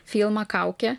filmą kaukė